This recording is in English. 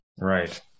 Right